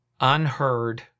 unheard